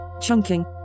chunking